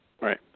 Right